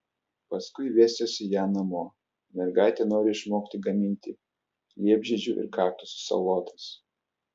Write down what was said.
paskui vesiuosi ją namo mergaitė nori išmokti gaminti liepžiedžių ir kaktusų salotas